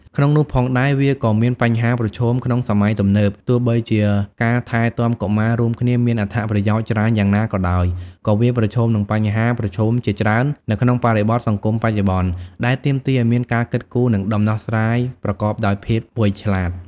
ក្នុងនោះផងដែរ វាក៏មានបញ្ហាប្រឈមក្នុងសម័យទំនើប ទោះបីជាការថែទាំកុមាររួមគ្នាមានអត្ថប្រយោជន៍ច្រើនយ៉ាងណាក៏ដោយ ក៏វាប្រឈមនឹងបញ្ហាប្រឈមជាច្រើននៅក្នុងបរិបទសង្គមបច្ចុប្បន្ន ដែលទាមទារឱ្យមានការគិតគូរ និងដំណោះស្រាយប្រកបដោយភាពវៃឆ្លាត។